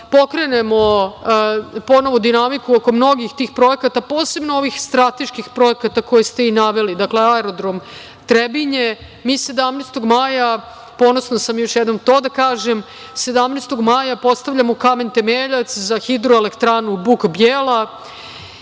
pokrenemo ponovo dinamiku oko mnogo tih projekata, posebno ovih strateških projekata, koje ste vi naveli, aerodrom Trebinje. Mi 17. maja, ponosna sam to da kažem, postavljamo kamen temeljac za hidroelektranu Buk Bijela,